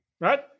Right